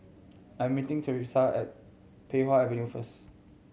I'm meeting Thresa at Pei Wah Avenue first